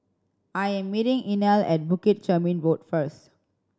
I am meeting Inell at Bukit Chermin Road first